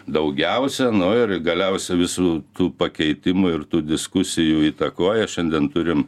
daugiausia nu ir galiausia visų tų pakeitimų ir tų diskusijų įtakoje šiandien turim